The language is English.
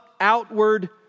outward